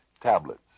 Tablets